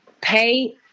pay